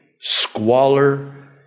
squalor